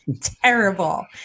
terrible